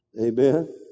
amen